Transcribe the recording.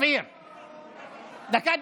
לא,